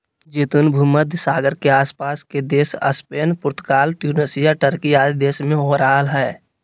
जैतून भूमध्य सागर के आस पास के देश स्पेन, पुर्तगाल, ट्यूनेशिया, टर्की आदि देश में हो रहल हई